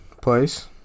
place